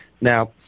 Now